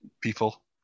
people